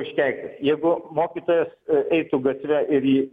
iškeiktas jeigu mokytojas eitų gatve ir jį